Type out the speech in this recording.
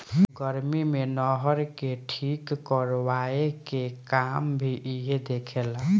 गर्मी मे नहर के ठीक करवाए के काम भी इहे देखे ला